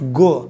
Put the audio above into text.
go